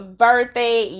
birthday